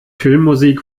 filmmusik